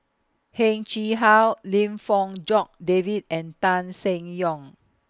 Heng Chee How Lim Fong Jock David and Tan Seng Yong